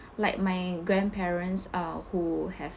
like my grandparents uh who have